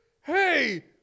Hey